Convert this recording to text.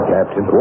Captain